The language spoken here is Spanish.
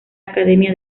academia